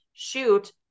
shoot